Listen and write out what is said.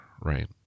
right